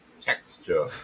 texture